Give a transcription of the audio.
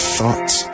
thoughts